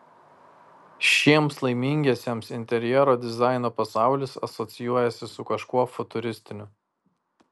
šiems laimingiesiems interjero dizaino pasaulis asocijuojasi su kažkuo futuristiniu